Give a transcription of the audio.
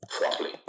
properly